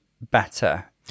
better